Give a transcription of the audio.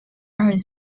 are